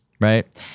Right